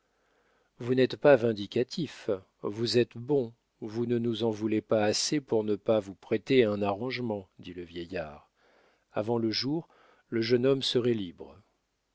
vous n'êtes pas vindicatif vous êtes bon vous ne nous en voulez pas assez pour ne pas vous prêter à un arrangement dit le vieillard avant le jour le jeune homme serait libre